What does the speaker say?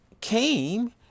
came